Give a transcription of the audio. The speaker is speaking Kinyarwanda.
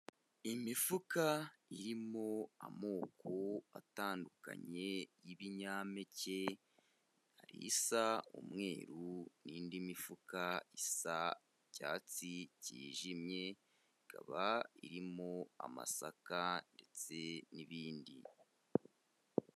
Imifuka irimo amoko atandukanye y'ibinyampeke, isa umweru, n'indi mifuka isa icyatsi cyijimye, ikaba irimo amasaka ndetse n'ibindi.